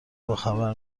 باخبر